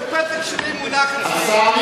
אייכלר,